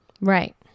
Right